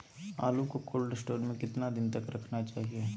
आलू को cold store में कितना दिन तक रखना चाहिए?